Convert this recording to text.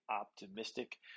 optimistic